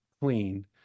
clean